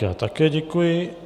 Já také děkuji.